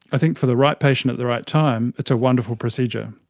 i think for the right patient at the right time it's a wonderful procedure.